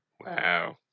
Wow